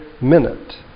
minute